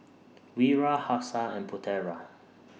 Wira Hafsa and Putera